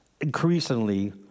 increasingly